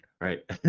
right